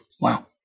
wow